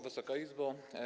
Wysoka Izbo!